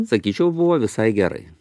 sakyčiau buvo visai gerai